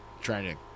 Training